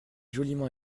joliment